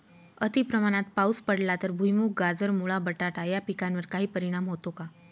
अतिप्रमाणात पाऊस पडला तर भुईमूग, गाजर, मुळा, बटाटा या पिकांवर काही परिणाम होतो का?